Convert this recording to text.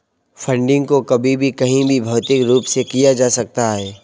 funding को कभी भी कहीं भी भौतिक रूप से किया जा सकता है